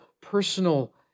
personal